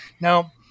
Now